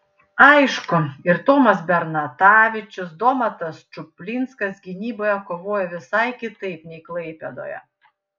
aišku ir tomas bernatavičius domantas čuplinskas gynyboje kovojo visai kitaip nei klaipėdoje